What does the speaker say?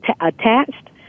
attached